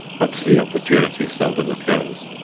but the opportunity seldom occurs.